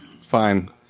fine